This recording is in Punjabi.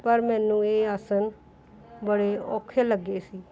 ਪਰ ਮੈਨੂੰ ਇਹ ਆਸਨ ਬੜੇ ਔਖੇ ਲੱਗੇ ਸੀ